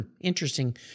interesting